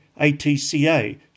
ATCA